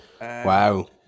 Wow